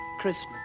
Christmas